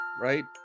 right